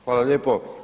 Hvala lijepo.